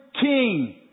King